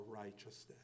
righteousness